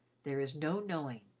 there is no knowing.